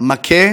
מכה